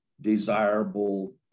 desirable